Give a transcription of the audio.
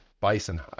bison